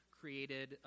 created